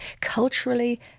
culturally